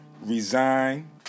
resign